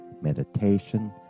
meditation